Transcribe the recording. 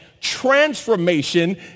transformation